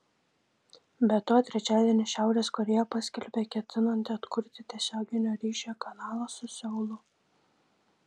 be to trečiadienį šiaurės korėja paskelbė ketinanti atkurti tiesioginio ryšio kanalą su seulu